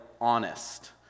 honest